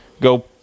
go